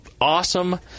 awesome